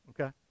Okay